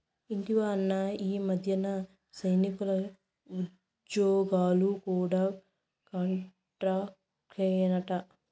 ఇంటివా అన్నా, ఈ మధ్యన సైనికుల ఉజ్జోగాలు కూడా కాంట్రాక్టేనట